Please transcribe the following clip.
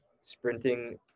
sprinting